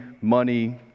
money